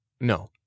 No